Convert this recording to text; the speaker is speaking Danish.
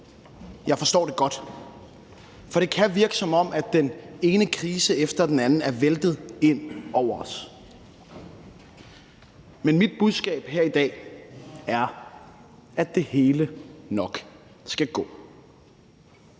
Jeg forstår det godt, for det kan virke, som om den ene krise efter den anden er væltet ind over os. Men mit budskab her i dag er, at det hele nok skal gå.